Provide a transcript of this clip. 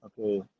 okay